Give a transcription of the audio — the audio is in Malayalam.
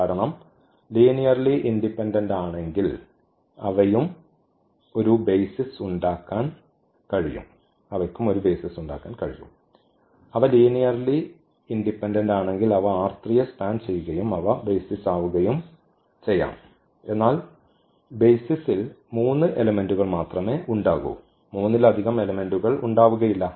കാരണം ലീനിയർലി ഇൻഡിപെൻഡന്റ് ആണെങ്കിൽ അവയും ഒരു ബെയ്സിസ് ഉണ്ടാക്കാൻ കഴിയും അവ ലീനിയർലി ഇൻഡിപെൻഡന്റ് ആണെങ്കിൽ അവ യെ സ്പാൻ ചെയ്യുകയും അവ ബെയ്സിസ് ആവുകയും ചെയ്യാം എന്നാൽ ബെയ്സിസ്ൽ 3 എലെമെന്റുകൾ മാത്രമേ ഉണ്ടാകൂ 3 ലധികം എലെമെന്റുകൾ ഉണ്ടാവുകയില്ല